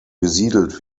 besiedelt